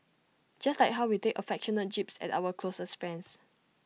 just like how we take affectionate jibes at our closest friends